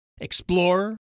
explorer